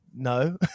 No